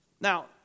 Now